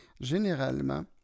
généralement